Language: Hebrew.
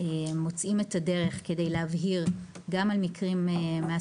מוצאים את הדרך כדי להבהיר גם על מקרים של